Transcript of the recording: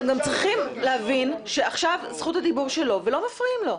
אתם גם צריכים להבין שעכשיו זכות הדיבור שלו ולא מפריעים לו.